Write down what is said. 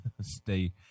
stay